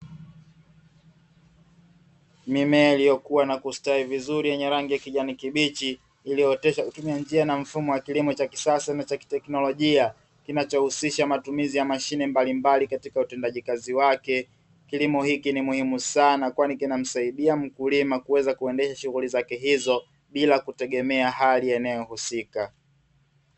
Mimea iliokua na kustawi vizuri yenye rangi ya kijani kibichi, iliyooteshwa kwa kutumia njia na mfumo wa kilimo cha kisasa na cha kiteknolojia, kinachohusisha matumizi ya mashine mbalimbali katika utendaji kazi wake. Kilimo hiki ni muhimu sana kwani kinamsaidia mkulima kuweza kuendesha shughuli zake hizo bila kutegemea hali ya eneo husika.